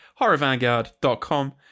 horrorvanguard.com